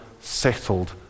settled